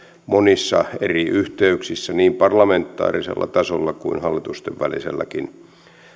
monissa eri yhteyksissä niin parlamentaarisella tasolla kuin hallitusten väliselläkin